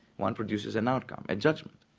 one produces an outcome, a judgment.